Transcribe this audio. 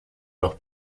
leur